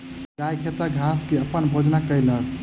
गाय खेतक घास खा के अपन भोजन कयलक